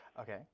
Okay